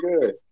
good